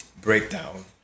breakdown